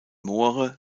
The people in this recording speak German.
moore